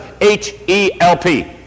H-E-L-P